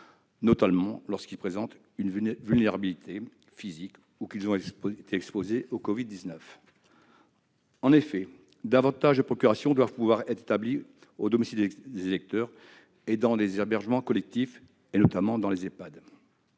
notamment lorsqu'ils présentent une vulnérabilité physique ou qu'ils ont été exposés au Covid-19. Un plus grand nombre de procurations doivent pouvoir être établies au domicile des électeurs et dans les hébergements collectifs, notamment au sein